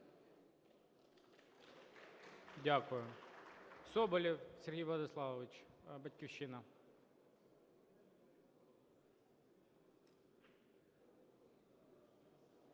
Дякую. Соболєв Сергій Владиславович, "Батьківщина".